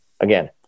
Again